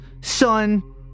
son